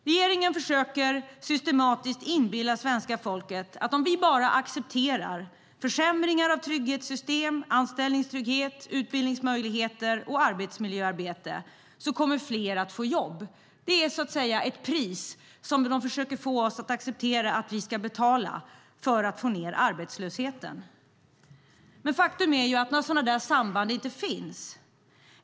Regeringen försöker systematiskt inbilla svenska folket att om vi bara accepterar försämringar av trygghetssystem, anställningstrygghet, utbildningsmöjligheter och arbetsmiljöarbete kommer fler att få jobb. Det är så att säga ett pris som de försöker få oss att acceptera att vi ska betala för att få ned arbetslösheten. Men faktum är att några sådana samband inte finns.